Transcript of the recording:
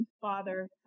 Father